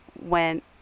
went